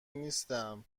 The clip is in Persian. نیستم